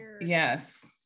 yes